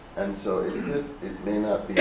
and so it may not